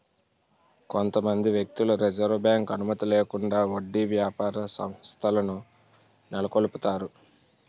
కొంతమంది వ్యక్తులు Reserve Bank అనుమతి లేకుండా వడ్డీ వ్యాపార సంస్థలను నెలకొల్పుతారు